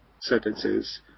sentences